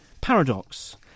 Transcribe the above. paradox